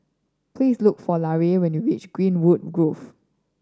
please look for Larae when you reach Greenwood Grove